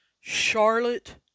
Charlotte